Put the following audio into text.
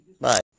Bye